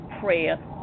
prayer